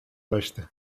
taştı